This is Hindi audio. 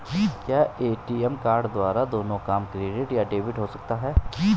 क्या ए.टी.एम कार्ड द्वारा दोनों काम क्रेडिट या डेबिट हो सकता है?